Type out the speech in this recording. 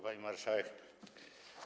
Pani Marszałek!